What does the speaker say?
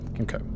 Okay